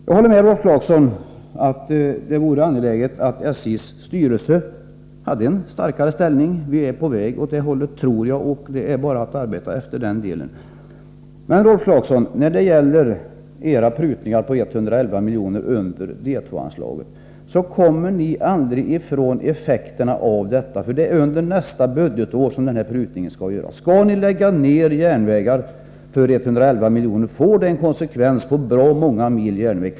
Jag håller med Rolf Clarkson om att det vore angeläget att SJ:s styrelse fick en starkare ställning. Jag tror att vi är på väg åt det hållet, och det är bara att arbeta vidare efter den linjen. Men, Rolf Clarkson, ni kommer aldrig ifrån effekterna av de prutningar på 111 milj.kr. som ni föreslår under anslaget D 2. De prutningarna gäller ju nästa budgetår. För skall ni lägga ned järnvägar för 111 milj.kr. får det konsekvenser för många mil järnvägar.